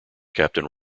captain